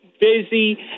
busy